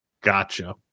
Gotcha